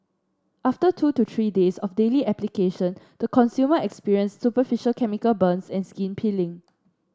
after two to three days of daily application the consumer experienced superficial chemical burns and skin peeling